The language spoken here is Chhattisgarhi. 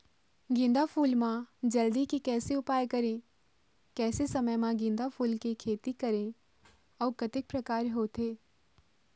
गेंदा फूल मा जल्दी के कैसे उपाय करें कैसे समय मा गेंदा फूल के खेती करें अउ कतेक प्रकार होथे?